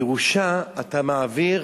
ירושה, אתה מעביר